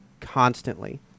constantly